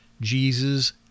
Jesus